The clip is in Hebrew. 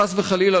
חס וחלילה,